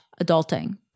adulting